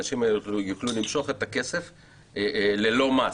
האנשים האלה יוכלו למשוך את הכסף ללא מס,